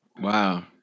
Wow